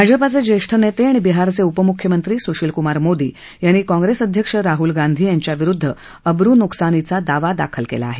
भाजपाचे ज्येष्ठ नेते आणि बिहारचे उपमुख्यमंत्री सुशील कुमार मोदी यांनी काँप्रेस अध्यक्ष राहुल गांधी यांच्याविरुद्ध अब्रूनुकसानीचा दावा दाखल केला आहे